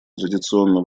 традиционно